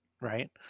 Right